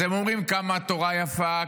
אז הם אומרים כמה התורה יפה,